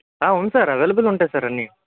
ఉంది sir available ఉంటాయి sir అన్నీ